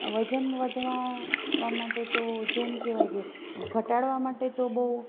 વજન વધવા વા માટે તો જેમ કહેવાય કે ઘટાડવાં માટે તો બહું